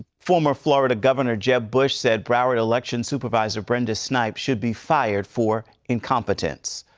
former florida governor jeb bush said broward election supervisor brenda snipes should be fired for incompetence.